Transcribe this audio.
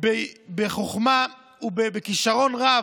בחוכמה ובכישרון רב,